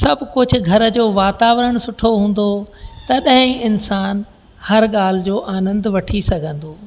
सभु कुझु घर जो वातावरण सुठो हूंदो तॾहिं इंसानु हर ॻाल्हि जो आनंदु वठी सघंदो